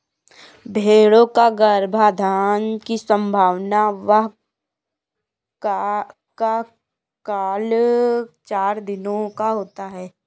भेंड़ों का गर्भाधान की संभावना का काल चार दिनों का होता है